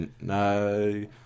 No